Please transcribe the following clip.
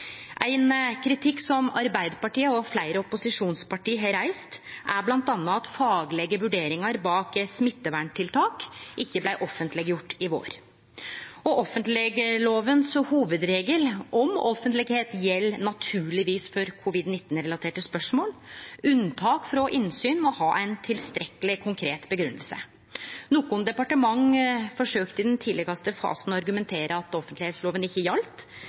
Ein kritikk som Arbeidarpartiet og fleire opposisjonsparti har reist, er bl.a. at faglege vurderingar bak smitteverntiltak ikkje blei offentleggjorde i vår. Offentleglovas hovudregel om offentlegheit gjeld naturlegvis for covid-19-relaterte spørsmål – unntak frå innsyn må ha ei tilstrekkeleg konkret grunngjeving. Nokre departement forsøkte i den tidlegaste fasen å argumentere med at offentleglova ikkje